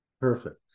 Perfect